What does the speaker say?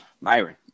Myron